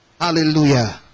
Hallelujah